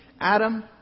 Adam